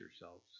yourselves